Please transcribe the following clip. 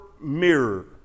mirror